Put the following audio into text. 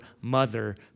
mother